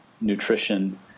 nutrition